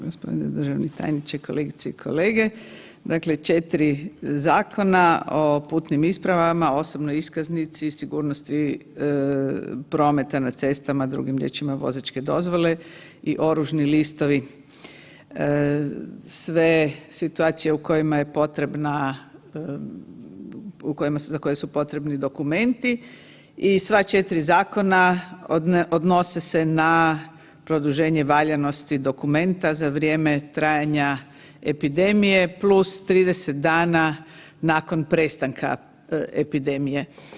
Gospodine državni tajniče, kolegice i kolege, dakle 4 zakona o putnim ispravama, osobnoj iskaznici i sigurnosti na prometa na cestama drugim riječima vozačke dozvole i oružni listovi, sve situacije u kojima je potrebna, za koje su potrebni dokumenti i sva 4 zakona odnose se na produženje valjanosti dokumenta za vrijeme trajanja epidemije plus 30 dana nakon prestanka epidemije.